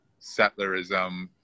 settlerism